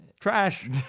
trash